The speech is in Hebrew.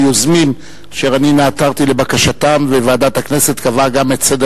דווקא אתם אנשים מיואשים, ואתם מנסים